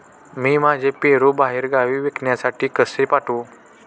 मी माझे पेरू बाहेरगावी विकण्यासाठी कसे पाठवू?